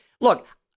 look